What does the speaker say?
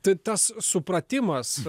tai tas supratimas